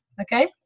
Okay